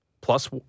plus